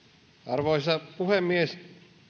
arvoisa puhemies